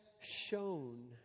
shown